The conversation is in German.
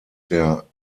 der